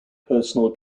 personal